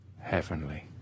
heavenly